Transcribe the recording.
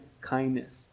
kindness